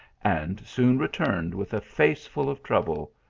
and soon returned with a face full of trouble.